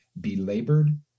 belabored